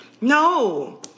No